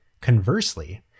Conversely